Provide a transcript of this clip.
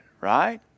right